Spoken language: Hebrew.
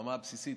ברמה הבסיסית,